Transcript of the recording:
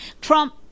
trump